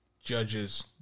judges